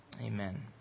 Amen